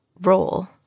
role